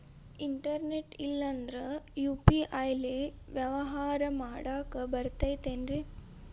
Internet ಇಲ್ಲಂದ್ರ UPI ಲೇ ವ್ಯವಹಾರ ಮಾಡಾಕ ಬರತೈತೇನ್ರೇ?